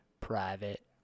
Private